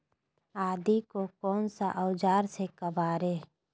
आदि को कौन सा औजार से काबरे?